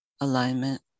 Alignment